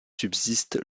subsiste